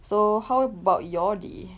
so how about your day